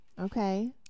Okay